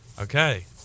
Okay